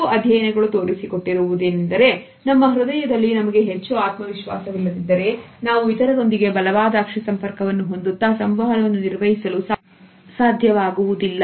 ಕೆಲವು ಅಧ್ಯಯನಗಳು ತೋರಿಸಿಕೊಟ್ಟಿರುವ ಏನೆಂದರೆ ನಮ್ಮ ಹೃದಯದಲ್ಲಿ ನಮಗೆ ಹೆಚ್ಚು ಆತ್ಮವಿಶ್ವಾಸ ವಿಲ್ಲದಿದ್ದರೆ ನಾವು ಇತರರೊಂದಿಗೆ ಬಲವಾದ ಅಕ್ಷಿ ಸಂಪರ್ಕವನ್ನು ಹೊಂದುತ್ತಾ ಸಂವಹನವನ್ನು ನಿರ್ವಹಿಸಲು ಸಾಧ್ಯವಾಗುತ್ತದೆ